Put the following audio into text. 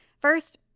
First